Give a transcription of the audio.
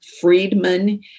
Friedman